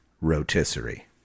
Rotisserie